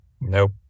nope